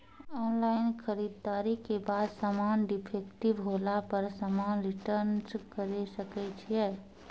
Online खरीददारी के बाद समान डिफेक्टिव होला पर समान रिटर्न्स करे सकय छियै?